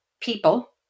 people